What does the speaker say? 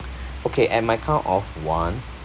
okay at my count of one